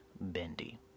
bendy